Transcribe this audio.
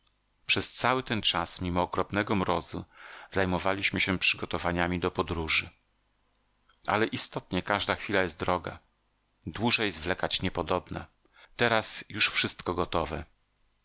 przez cały ten czas mimo okropnego mrozu zajmowaliśmy się przygotowaniami do podróży ale istotnie każda chwila jest droga dłużej zwlekać niepodobna teraz już wszystko gotowe